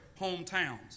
hometowns